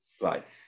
Right